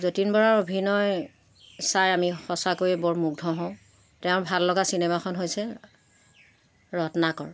যতীন বৰাৰ অভিনয় চাই আমি সঁচাকৈয়ে বৰ মুগ্ধ হওঁ তেওঁৰ ভাল লগা চিনেমাখন হৈছে ৰত্নাকৰ